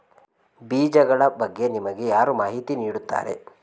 ಬೀಜಗಳ ಬಗ್ಗೆ ನಮಗೆ ಯಾರು ಮಾಹಿತಿ ನೀಡುತ್ತಾರೆ?